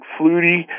flutie